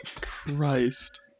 Christ